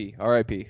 RIP